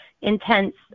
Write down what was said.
intense